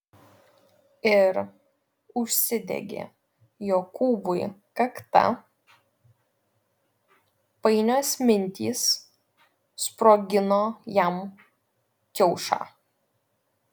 ir užsidegė jokūbui kakta painios mintys sprogino jam kiaušą